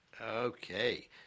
Okay